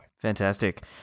Fantastic